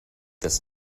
this